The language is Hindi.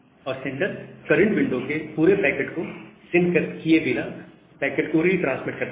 और सेंडर करंट विंडो के पूरे पैकेट को सेंड किए बिना पैकेट को रिट्रांसमिट करता है